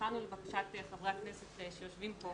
הכנו לבקשת חברי הכנסת שיושבים פה,